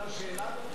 אפשר שאלה?